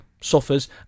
suffers